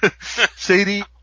Sadie